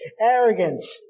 Arrogance